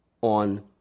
on